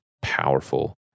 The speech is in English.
powerful